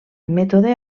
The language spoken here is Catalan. mètode